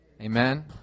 Amen